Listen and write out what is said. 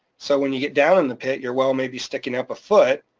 so when you get down in the pit, your well maybe sticking up a foot,